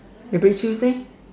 every tuesday